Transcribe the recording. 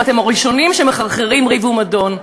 ואתם הראשונים שמחרחרים ריב ומדון.